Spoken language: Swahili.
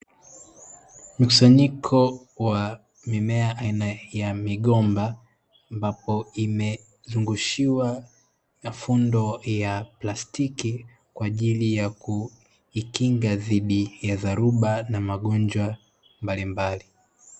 Mkusanyiko wa mimea aina ya migomba ambapo imezunguushia mafundo ya plastiki kwaajili ya kijikinga dhidi ya dhoruba na magonjwa mbalimbali.